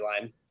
line